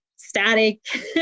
Static